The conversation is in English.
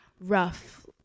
rough